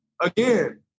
again